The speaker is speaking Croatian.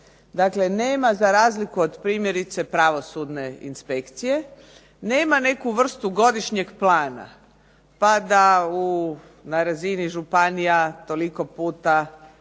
Dakle, nema za razliku od primjerice pravosudne inspekcije, nema neku vrstu godišnjeg plana, pa da na razini županija toliko puta